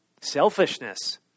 selfishness